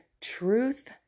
truth